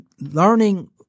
learning